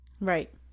Right